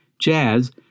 Jazz